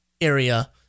area